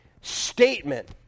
statement